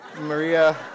Maria